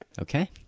Okay